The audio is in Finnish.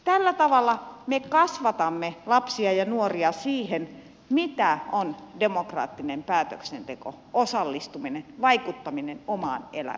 tällä tavalla me kasvatamme lapsia ja nuoria siihen mitä on demokraattinen päätöksenteko osallistuminen ja vaikuttaminen omaan elämään